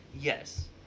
Yes